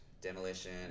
Demolition